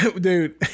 Dude